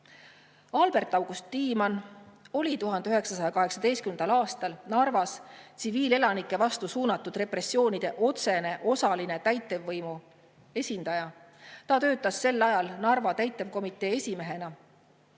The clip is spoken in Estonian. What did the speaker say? Albert-August Tiimann oli 1918. aastal Narvas tsiviilelanike vastu suunatud repressioonide läbiviimisel otsene osaline, täitevvõimu esindaja. Ta töötas sel ajal Narva täitevkomitee esimehena.